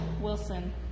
Wilson